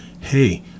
hey